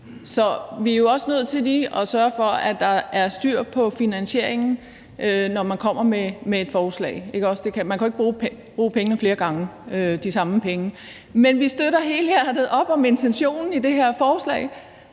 Så vi er også nødt til lige at sørge for, at der er styr på finansieringen, når man kommer med et forslag, ikke også? Man kan jo ikke bruge de samme penge flere gange. Men vi støtter helhjertet op om intentionen i det her forslag,